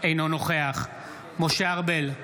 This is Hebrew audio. אינו נוכח משה ארבל,